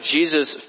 Jesus